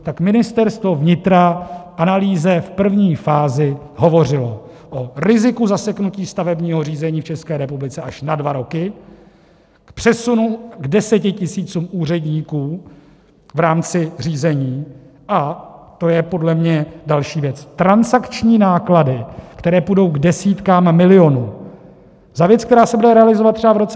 Tak Ministerstvo vnitra v analýze v první fázi hovořilo o riziku zaseknutí stavebního řízení v České republice až na dva roky, k přesunu desetitisícům úředníků v rámci řízení, a to je podle mě další věc transakční náklady, které půjdou k desítkám milionů, za věc, která se bude realizovat třeba v roce 2022, 2023.